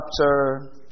chapter